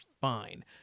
fine